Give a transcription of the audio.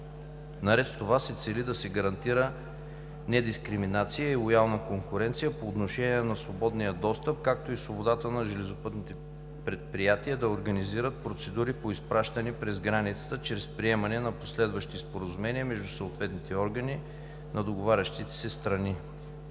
Наред с това се цели да се гарантира недискриминация и лоялна конкуренция по отношение на свободния достъп, както и свобода на железопътните предприятия да организират процедури по изпращане през границата чрез приемане на последващи споразумения между съответните органи на договарящите се страни.